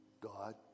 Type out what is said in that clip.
God